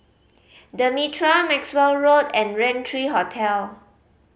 The Mitraa Maxwell Road and Rain Three Hotel